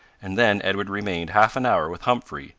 and then edward remained half an hour with humphrey,